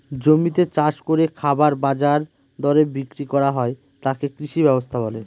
জমিতে চাষ করে খাবার বাজার দরে বিক্রি করা হয় তাকে কৃষি ব্যবস্থা বলে